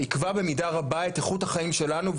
ייקבע במידה רבה את איכות החיים שלנו,